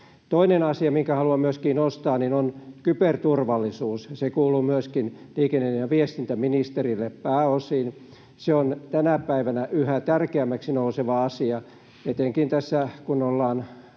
Toinen asia, minkä haluan myöskin nostaa, on kyberturvallisuus. Se kuuluu myöskin liikenne- ja viestintäministerille pääosin. Se on tänä päivänä yhä tärkeämmäksi nouseva asia etenkin tässä, kun ollaan